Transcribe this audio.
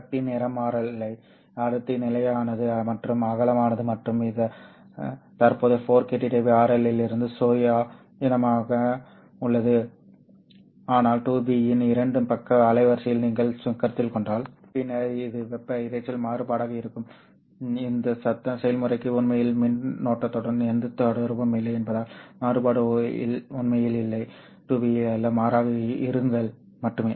சக்தி நிறமாலை அடர்த்தி நிலையானது மற்றும் அகலமானது மற்றும் இது தற்போதைய 4kT RL இலிருந்து சுயாதீனமாக உள்ளது ஆனால் 2Be இன் இரண்டு பக்க அலைவரிசையில் நீங்கள் கருத்தில் கொண்டால் பின்னர் இது வெப்ப இரைச்சல் மாறுபாடாக இருக்கும் சரி இந்த சத்தம் செயல்முறைக்கு உண்மையில் மின்னோட்டத்துடன் எந்த தொடர்பும் இல்லை என்பதால் மாறுபாடு உண்மையில் 2Be அல்ல மாறாக இருங்கள் மட்டுமே